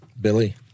Billy